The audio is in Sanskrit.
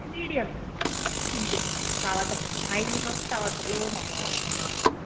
मीडियं किंचित् तावत् है मा भवतु तावत् लो महो मास्तु